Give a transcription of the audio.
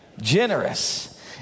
Generous